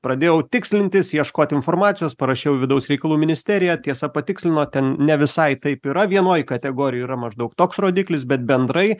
pradėjau tikslintis ieškoti informacijos parašiau į vidaus reikalų ministeriją tiesa patikslino ten ne visai taip yra vienoj kategorijoj yra maždaug toks rodiklis bet bendrai